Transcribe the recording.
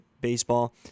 baseball